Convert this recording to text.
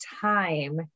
time